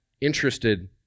interested